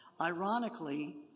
Ironically